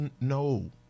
No